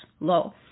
low